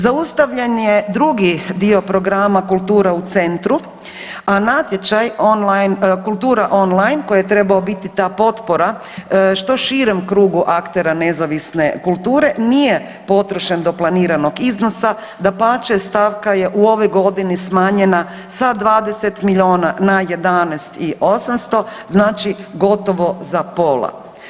Zaustavljen je drugi dio programa kultura u centru, a natječaj on line, kultura on line koji je trebao biti ta potpora što širem krugu aktera nezavisne kulture nije potrošen do planiranog iznosa dapače stavka je u ovoj godini smanjena sa 20 miliona na 11 i 800, znači gotovo za pola.